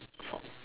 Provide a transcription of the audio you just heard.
for